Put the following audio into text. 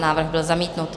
Návrh byl zamítnut.